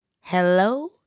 Hello